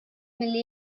milli